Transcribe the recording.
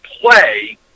play